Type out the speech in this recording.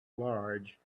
large